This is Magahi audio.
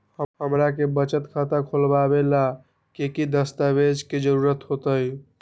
हमरा के बचत खाता खोलबाबे ला की की दस्तावेज के जरूरत होतई?